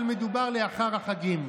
אבל מדובר על לאחר החגים.